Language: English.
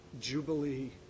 jubilee